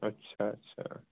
ਅੱਛਾ ਅੱਛਾ